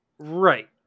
Right